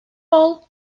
all